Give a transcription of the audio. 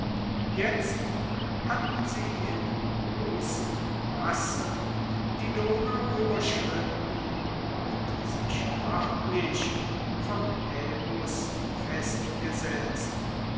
jetzt hatten sie in großen massen die donau überschritten und sich nördlich vom haemus festgesetzt